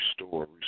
Restore